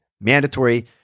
Mandatory